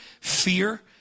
fear